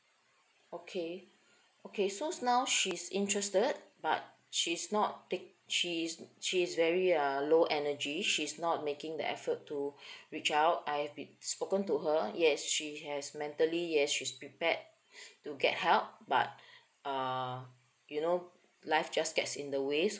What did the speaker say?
okay okay so now she's interested but she's not big she she's very uh low energy she's not making the effort to reach out I've been spoken to her yes she has mentally yes she's prepared to get help but uh you know life just gets in the ways